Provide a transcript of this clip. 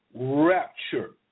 rapture